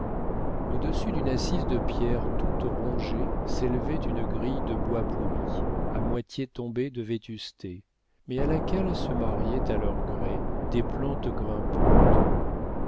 au-dessus d'une assise de pierres toutes rongées s'élevait une grille de bois pourri à moitié tombée de vétusté mais à laquelle se mariaient à leur gré des plantes grimpantes